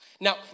Now